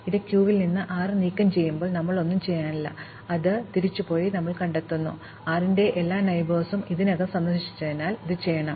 അതിനാൽ ക്യൂവിൽ നിന്ന് 6 നീക്കംചെയ്യുമ്പോൾ ഞങ്ങൾ ഒന്നും ചെയ്യാനില്ല ഞങ്ങൾ തിരിച്ചുപോയി അത് കണ്ടെത്തുന്നു ഒന്നും ഇല്ല 6 ന്റെ എല്ലാ അയൽവാസികളും ഇതിനകം സന്ദർശിച്ചതിനാൽ ഇത് ചെയ്യണം